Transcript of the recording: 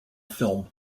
film